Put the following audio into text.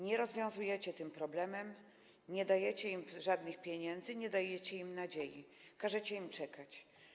Nie rozwiązujecie tym problemu, nie dajecie im żadnych pieniędzy, nie dajecie im nadziei, każecie im czekać.